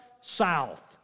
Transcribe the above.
South